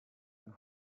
can